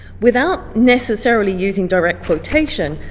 without necessarily using direct quotation,